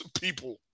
people